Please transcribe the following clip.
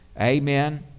amen